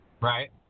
Right